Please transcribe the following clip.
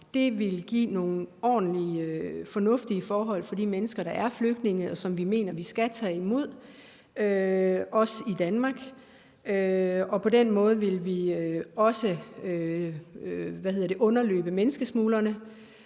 Det ville give nogle ordentlige og fornuftige forhold for de mennesker, der er flygtninge, og som vi mener vi skal tage imod, også i Danmark, og på den måde ville vi også underløbe menneskesmuglerne.